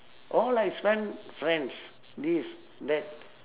all I spent friends this that